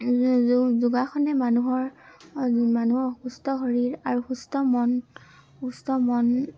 যোগাসনে মানুহৰ মানুহৰ সুস্থ শৰীৰ আৰু সুস্থ মন সুস্থ মন